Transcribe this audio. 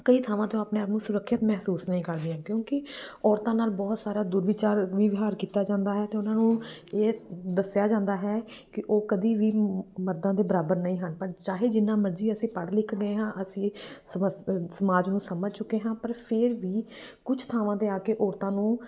ਕਈ ਥਾਵਾਂ ਤੋਂ ਆਪਣੇ ਆਪ ਨੂੰ ਸੁਰੱਖਿਅਤ ਮਹਿਸੂਸ ਨਹੀਂ ਕਰਦੀਆਂ ਕਿਉਂਕਿ ਔਰਤਾਂ ਨਾਲ ਬਹੁਤ ਸਾਰਾ ਦੁਰਵਿਚਾਰ ਵਿਵਹਾਰ ਕੀਤਾ ਜਾਂਦਾ ਹੈ ਅਤੇ ਉਹਨਾਂ ਨੂੰ ਇਹ ਦੱਸਿਆ ਜਾਂਦਾ ਹੈ ਕਿ ਉਹ ਕਦੀ ਵੀ ਮ ਮਰਦਾਂ ਦੇ ਬਰਾਬਰ ਨਹੀਂ ਹਨ ਪਰ ਚਾਹੇ ਜਿੰਨਾ ਮਰਜ਼ੀ ਅਸੀਂ ਪੜ੍ਹ ਲਿਖ ਗਏ ਹਾਂ ਅਸੀਂ ਸਮ ਸਮਾਜ ਨੂੰ ਸਮਝ ਚੁੱਕੇ ਹਾਂ ਪਰ ਫਿਰ ਵੀ ਕੁਝ ਥਾਵਾਂ 'ਤੇ ਆ ਕੇ ਔਰਤਾਂ ਨੂੰ